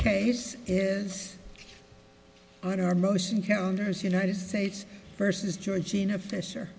case is on our most encounters united states versus georgina f